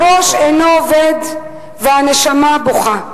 הראש אינו עובד והנשמה בוכה.